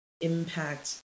impact